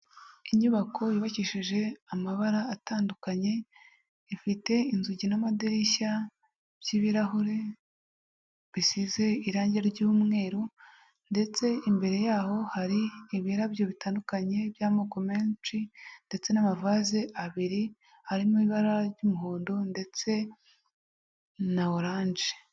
Inyubako yubakishije amabara atandukanye, ifite inzugi n'amadirishya by'ibirahure, bisize irangi ry'umweru ndetse imbere yaho hari ibirabyo bitandukanye by'amoko menshi ndetse n'amavase abiri, harimo ibara ry'umuhondo ndetse na oranje.